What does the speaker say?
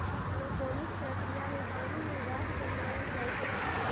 aeroponics प्रक्रिया मे पानि मे गाछ जनमाएल जाइ छै